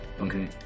Okay